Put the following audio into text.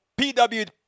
PW